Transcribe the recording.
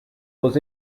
was